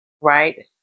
right